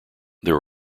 there